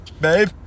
Babe